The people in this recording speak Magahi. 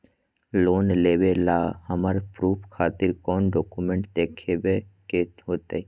लोन लेबे ला हमरा प्रूफ खातिर कौन डॉक्यूमेंट देखबे के होतई?